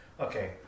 okay